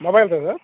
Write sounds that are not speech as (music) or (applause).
mobile (unintelligible)